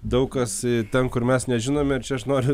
daug kas ten kur mes nežinome ir čia aš noriu